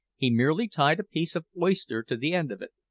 he merely tied a piece of oyster to the end of it.